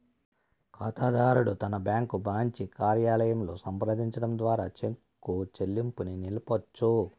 కాతాదారుడు తన bank branch కార్యాలయంలో సంప్రదించడం ద్వారా చెక్కు చెల్లింపుని నిలపొచ్చు